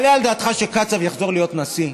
יעלה על דעתך שקצב יחזור להיות נשיא?